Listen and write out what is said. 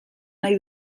nahi